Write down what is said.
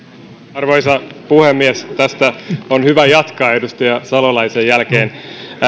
arvoisa puhemies tästä on hyvä jatkaa edustaja salolaisen jälkeen